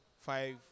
five